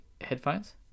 headphones